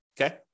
Okay